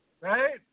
right